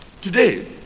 today